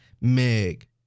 Meg